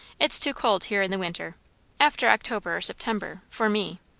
it's too cold here in the winter after october or september for me.